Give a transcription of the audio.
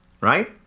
Right